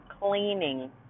cleaning